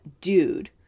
dude